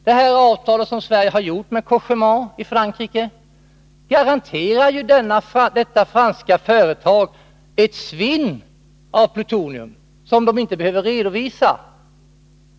Det avtal som Sverige har träffat med Cogéma i Frankrike garanterar ju detta franska företag ett svinn av plutonium som man inte behöver redovisa.